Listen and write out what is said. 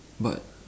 but